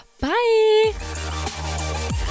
Bye